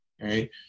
right